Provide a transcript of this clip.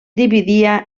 dividia